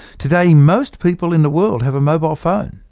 today most people in the world have a mobile phone.